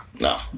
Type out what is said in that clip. No